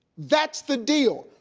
that's the deal!